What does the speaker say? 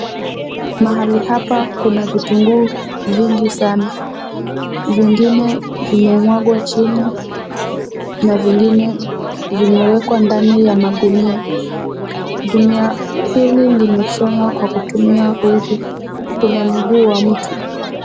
Mahali hapa kuna vitunguu vingi sana. Vingine vimemwagwa chini na vingine vimewekwa ndani ya magunia. Gunia hili limeshonwa kwa kutumia uzi. Kuna mguu wa mtu.